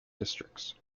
districts